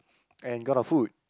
and got our food